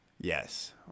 Yes